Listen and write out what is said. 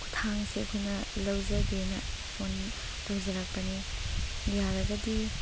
ꯈꯨꯠꯊꯥꯡꯁꯦ ꯑꯩꯈꯣꯏꯅ ꯂꯧꯖꯒꯦꯅ ꯐꯣꯟ ꯇꯧꯖꯔꯛꯄꯅꯦ ꯌꯥꯔꯒꯗꯤ